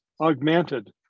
augmented